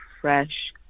fresh